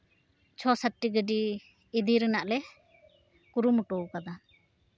ᱪᱷᱚ ᱥᱟᱛᱴᱤ ᱜᱟᱹᱰᱤ ᱤᱫᱤ ᱨᱮᱱᱟᱜ ᱞᱮ ᱠᱩᱨᱩᱢᱩᱴᱩ ᱟᱠᱟᱫᱟ